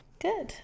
Good